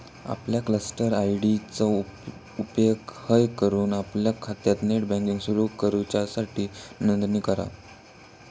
आपल्या cluster ID चो उपेग हय करून आपल्या खात्यात नेट बँकिंग सुरू करूच्यासाठी नोंदणी करा